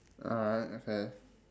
alright okay